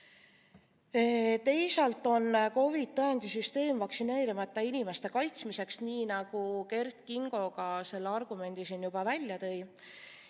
Teisalt on COVID‑i tõendi süsteem vaktsineerimata inimeste kaitsmiseks, nii nagu Kert Kingo ka selle argumendi siin juba välja tõi.